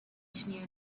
knew